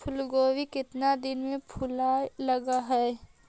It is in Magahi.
फुलगोभी केतना दिन में फुलाइ लग है?